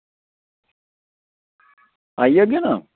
आई जागे ना